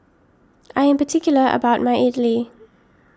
I am particular about my Idili